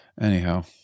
anyhow